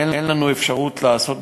אין לנו אפשרות לעשות בחקיקה,